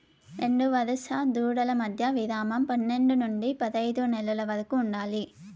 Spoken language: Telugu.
రెండు వరుస దూడల మధ్య విరామం పన్నేడు నుండి పదైదు నెలల వరకు ఉండాలి